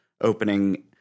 opening